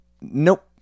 Nope